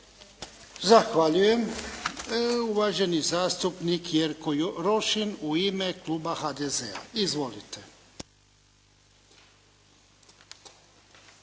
Zahvaljujem. Uvaženi zastupnik Jerko Rošin u ime kluba HDZ-a. Izvolite.